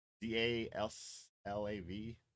D-A-S-L-A-V